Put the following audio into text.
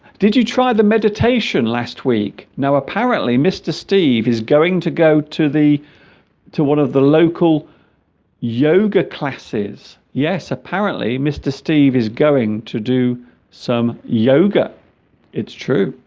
did you try the meditation last week now apparently mr. steve is going to go to the to one of the local yoga classes yes apparently mr. steve is going to do some yoga it's true